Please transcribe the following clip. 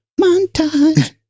Montage